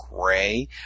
gray